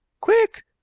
quick,